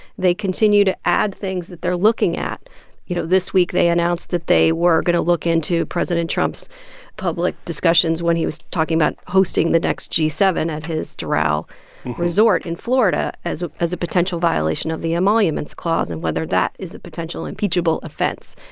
they continue to add things that they're looking at you know, this week they announced that they were going to look into president trump's public discussions when he was talking about hosting the next g seven at his doral resort in florida as as a potential violation of the emoluments clause and whether that is a potential impeachable offense.